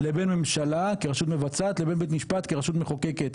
לבין ממשלה כרשות מבצעת לבין בית משפט כרשות מחוקקת,